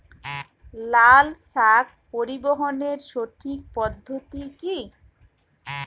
লালশাক পরিবহনের সঠিক পদ্ধতি কি?